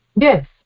Yes